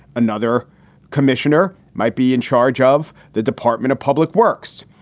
another commissioner might be in charge of the department of public works.